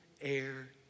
air